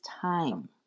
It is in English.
time